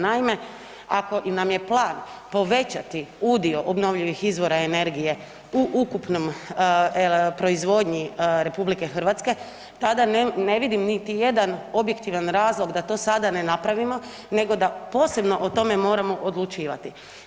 Naime, ako nam je plan povećati udio obnovljivih izvora energije u ukupnoj proizvodnji RH, tada ne vidim niti jedan objektivan razlog da to sada ne napravimo nego da posebno o tome moramo odlučivati.